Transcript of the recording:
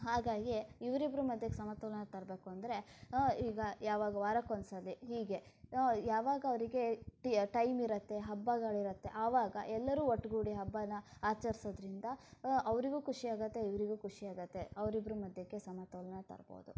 ಹಾಗಾಗಿ ಇವ್ರಿಬ್ಬರ ಮಧ್ಯಕ್ಕೆ ಸಮತೋಲನ ತರಬೇಕು ಅಂದರೆ ಈಗ ಯಾವಾಗ ವಾರಕ್ಕೆ ಒಂದ್ಸತಿ ಹೀಗೆ ಯಾವಾಗ ಅವರಿಗೆ ಟೈಮ್ ಇರತ್ತೆ ಹಬ್ಬಗಳಿರತ್ತೆ ಆವಾಗ ಎಲ್ಲರೂ ಒಟ್ಟುಗೂಡಿ ಹಬ್ಬಾನ ಆಚರಿಸೋದ್ರಿಂದ ಅವರಿಗೂ ಖುಷಿಯಾಗತ್ತೆ ಇವರಿಗೂ ಖುಷಿಯಾಗತ್ತೆ ಅವ್ರಿಬ್ಬರ ಮಧ್ಯಕ್ಕೆ ಸಮತೋಲನ ತರ್ಬೋದು